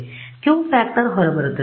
ಆದ್ದರಿಂದ Q factor ಹೊರಬರುತ್ತದೆ